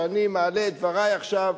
כשאני מעלה את דברי עכשיו,